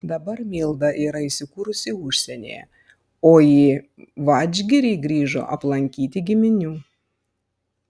dabar milda yra įsikūrusi užsienyje o į vadžgirį grįžo aplankyti giminių